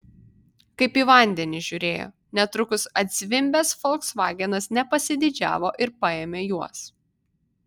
kaip į vandenį žiūrėjo netrukus atzvimbęs folksvagenas nepasididžiavo ir paėmė juos